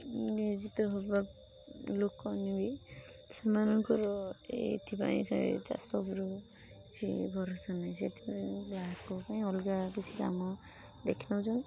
ନିୟୋଜିତ ହେବା ଲୋକମାନେ ବି ସେମାନଙ୍କର ଏଥିପାଇଁ ସେ ଚାଷ ଉପରୁ କିଛି ଭରସା ନାହିଁ ସେଥିପାଇଁ ତାଙ୍କ ପାଇଁ ଅଲଗା କିଛି କାମ ଦେଖି ନେଉଛନ୍ତି